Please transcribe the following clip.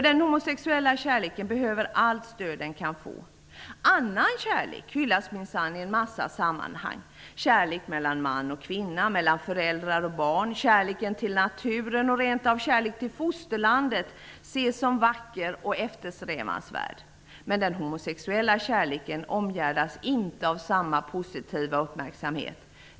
Den homosexuella kärleken behöver allt stöd den kan få. Annan kärlek hyllas minsann i en massa sammanhang, exempelvis kärleken mellan man och kvinna, mellan föräldrar och barn samt kärleken till naturen. Även kärleken till fosterlandet ses rent av som vacker och eftersträvansvärd. Men den homosexuella kärleken omgärdas inte av samma positiva uppmärksamhet.